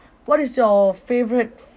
what is your favourite